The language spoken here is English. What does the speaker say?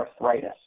arthritis